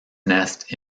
nest